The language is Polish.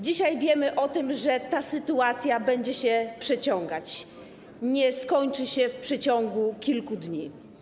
Dzisiaj wiemy o tym, że ta sytuacja będzie się przeciągać, nie skończy się w przeciągu kilku dni.